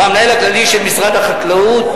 או המנהל הכללי של משרד החקלאות.